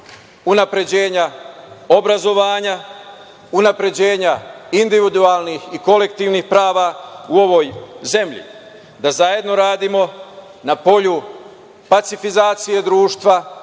unapređenja obrazovanja, unapređenja individualnih i kolektivnih prava u ovoj zemlji, da zajedno radimo na polju pacifizacije društva,